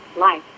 life